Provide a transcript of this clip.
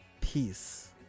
peace